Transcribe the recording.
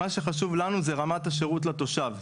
חשובה רמת השירות לתושב.